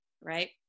Right